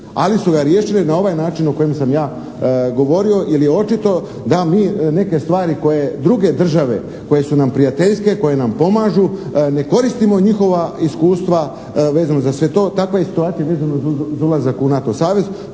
ali su ga riješile na ovaj način o kojem sam ja govorio, jer je očito da mi neke stvari koje druge države, koje su nam prijateljske, koje nam pomažu ne koristimo njihova iskustva vezano za sve to. Takva je i situacija vezano za ulazak u NATO savez,